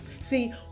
See